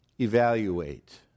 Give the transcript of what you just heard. Evaluate